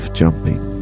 jumping